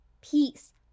peace